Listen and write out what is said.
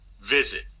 visit